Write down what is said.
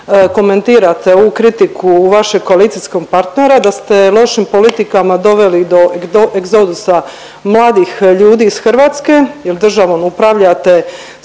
komentirate ovu kritiku vašeg koalicijskog partnera da ste lošim politikama doveli do egzodusa mladih ljudi iz Hrvatske jer državom upravljate